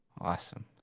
Awesome